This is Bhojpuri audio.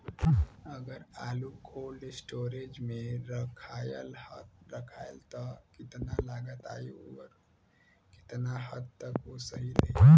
अगर आलू कोल्ड स्टोरेज में रखायल त कितना लागत आई अउर कितना हद तक उ सही रही?